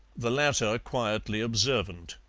the latter quietly observant.